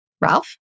Ralph